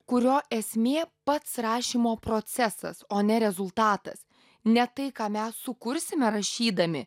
kurio esmė pats rašymo procesas o ne rezultatas ne tai ką mes sukursime rašydami